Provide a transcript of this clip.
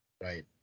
Right